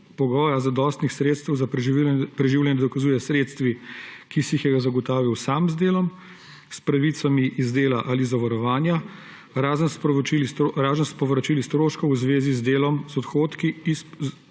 pogoja zadostnih sredstev za preživljanje dokazuje s sredstvi, ki si jih je zagotovil sam z delom, s pravicami iz dela ali zavarovanja, razen s povračili stroškov v zvezi z delom, z dohodki